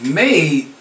made